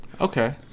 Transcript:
Okay